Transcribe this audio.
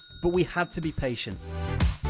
but we had to be patient.